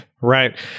Right